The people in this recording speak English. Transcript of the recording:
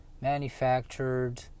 manufactured